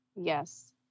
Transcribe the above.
Yes